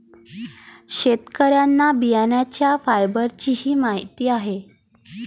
शेतकऱ्यांना बियाण्यांच्या फायबरचीही माहिती आहे